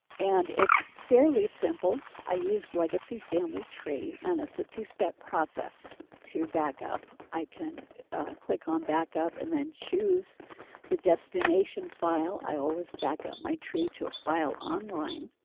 and it's fairly simple. i use legacy family tree. and it's a two step process to backup. i can click on um backup and then choose the destination file. i always backup my tree to file online.